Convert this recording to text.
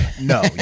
No